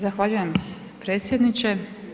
Zahvaljujem predsjedniče.